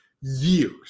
Years